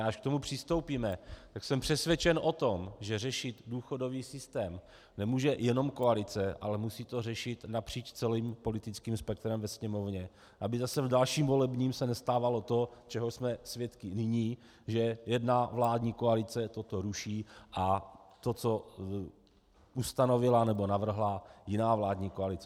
Až k tomu přistoupíme, tak jsem přesvědčen o tom, že řešit důchodový systém nemůže jenom koalice, ale musí to řešit napříč celým politickým spektrem ve Sněmovně, aby zase v dalším volebním se nestávalo to, čeho jsme svědky nyní, že jedna vládní koalice toto ruší, to, co ustanovila nebo navrhla jiná vládní koalice.